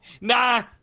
nah